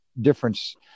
difference